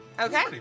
okay